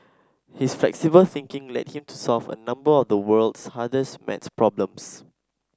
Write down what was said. his flexible thinking led him to solve a number of the world's hardest maths problems